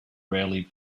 rarely